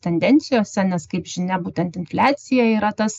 tendencijose nes kaip žinia būtent infliacija yra tas